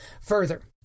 further